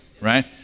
right